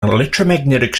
electromagnetic